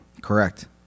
Correct